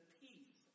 peace